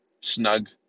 snug